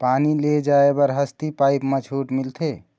पानी ले जाय बर हसती पाइप मा छूट मिलथे?